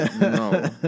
no